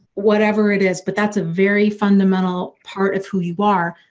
whatever it is, but that's a very fundamental part of who you are.